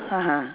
(uh huh)